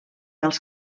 els